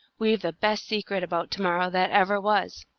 we've the best secret about to-morrow that ever was.